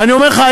ואני אומר לך,